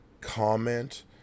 comment